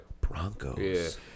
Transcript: broncos